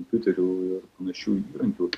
kompiuterių ir našių įrankių